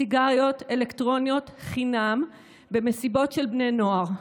סיגריות אלקטרוניות חינם במסיבות של בני נוער.